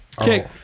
okay